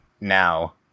now